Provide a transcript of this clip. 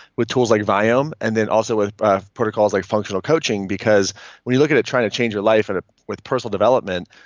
with tools like viome and then also with protocols like functional coaching because when you look at it, trying to change your life and with personal development,